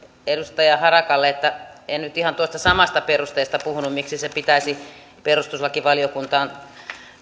edustaja harakalle että en nyt ihan tuosta samasta perusteesta puhunut että miksi se pitäisi perustuslakivaliokuntaan